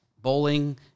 Bowling